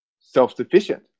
self-sufficient